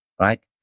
right